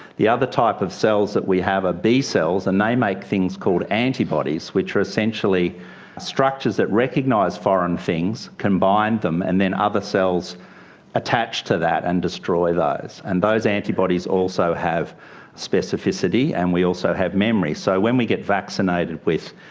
the other type of cells that we have are ah b-cells, and they make things called antibodies, which are essentially structures that recognise foreign things, combine them, and then other cells attach to that and destroy those. and those antibodies also have specificity and we also have memory. so when we get vaccinated with,